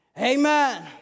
Amen